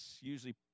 usually